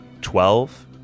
twelve